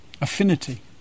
affinity